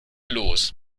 los